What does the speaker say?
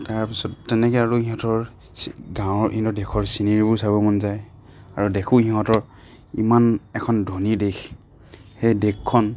তাৰপাছত তেনেকৈ আৰু সিহঁতৰ চি গাঁৱৰ ইনেও দেশৰ চিনেৰীবোৰ চাবৰ মন যায় আৰু দেখোঁ সিহঁতৰ ইমান এখন ধনী দেশ শেই দেশখন